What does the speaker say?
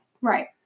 Right